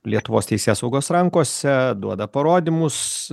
lietuvos teisėsaugos rankose duoda parodymus